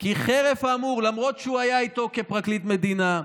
כי חרף האמור, למרות שהוא היה איתו כפרקליט מדינה,